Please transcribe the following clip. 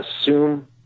assume